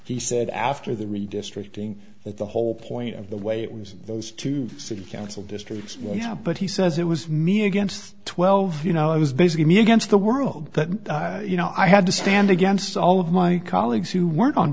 he said after the redistricting that the whole point of the way it was in those two city council districts well yeah but he says it was me against twelve you know i was basically me against the world that you know i had to stand against all of my colleagues who weren't on